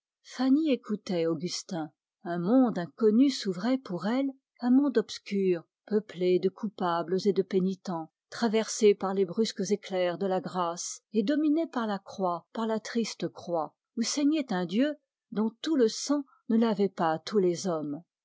un monde inconnu s'ouvrait pour fanny un monde peuplé de coupables et de pénitents traversé des brusques éclairs de la grâce et dominé par la croix par la triste croix où saignait un dieu dont tout le sang ne lavait pas tous les hommes